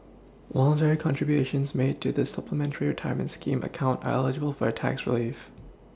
voluntary contributions made to the Supplementary retirement scheme account are eligible for a tax Relief